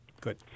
Good